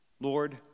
Lord